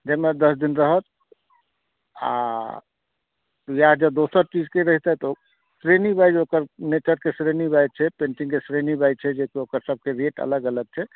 जाहिमे दस दिन रहत आ इएह अगर दोसर किछुके रहिता तऽ श्रेणी वाइज ओकर नेचरके श्रेणी वाइज छै पेन्टिंगके श्रेणी वाइज छै जेकि ओकर सभकेँ रेट अलग अलग छै